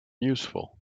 useful